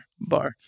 bar